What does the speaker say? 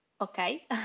okay